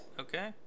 okay